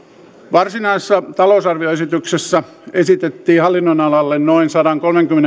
varsinaisessa talousarvioesityksessä esitettiin hallinnonalalle noin yhdeksänsadankuuden